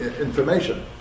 information